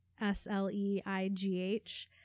S-L-E-I-G-H